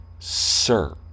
Sir